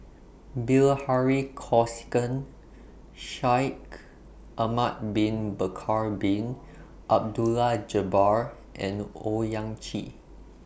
Bilahari Kausikan Shaikh Ahmad Bin Bakar Bin Abdullah Jabbar and Owyang Chi